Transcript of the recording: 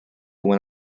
when